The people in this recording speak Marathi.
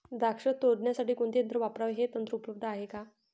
द्राक्ष तोडण्यासाठी कोणते यंत्र वापरावे? हे यंत्र उपलब्ध आहे का?